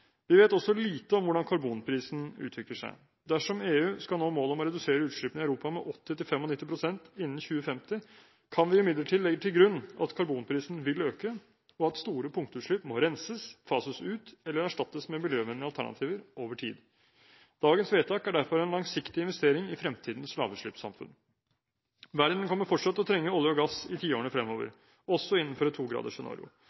Vi vet også lite om hvordan karbonprisen utvikler seg. Dersom EU skal nå målet om å redusere utslippene i Europa med 80–95 pst. innen 2050, kan vi imidlertid legge til grunn at karbonprisen vil øke, og at store punktutslipp må renses, fases ut eller erstattes med miljøvennlige alternativer over tid. Dagens vedtak er derfor en langsiktig investering i fremtidens lavutslippssamfunn. Verden kommer fortsatt til å trenge olje og gass i tiårene